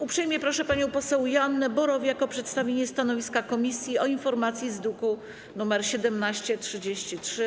Uprzejmie proszę panią poseł Joannę Borowiak o przedstawienie stanowiska komisji o informacji z druku nr 1733.